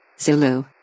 Zulu